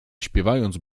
śpiewając